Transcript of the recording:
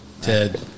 Ted